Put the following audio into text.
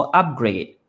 upgrade